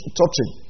touching